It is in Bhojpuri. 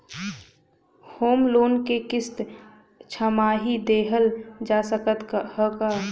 होम लोन क किस्त छमाही देहल जा सकत ह का?